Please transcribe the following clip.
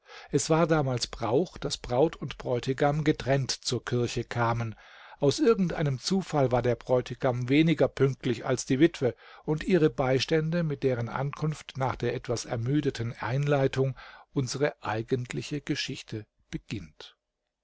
es war damals brauch daß braut und bräutigam getrennt zur kirche kamen aus irgend einem zufall war der bräutigam weniger pünktlich als die witwe und ihre beistände mit deren ankunft nach der etwas ermüdeten einleitung unsere eigentliche geschichte beginnt